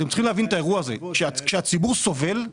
כשהציבור סובל,